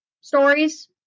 stories